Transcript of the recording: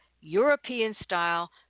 European-style